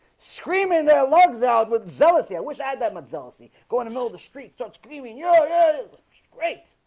screaming their logs out with jealousy. i wish i had that much jealousy going to know the streets don't screaming. you're great,